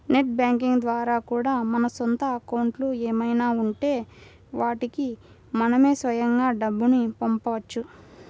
net banking ద్వారా కూడా మన సొంత అకౌంట్లు ఏమైనా ఉంటే వాటికి మనమే స్వయంగా డబ్బుని పంపవచ్చు